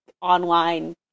online